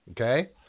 Okay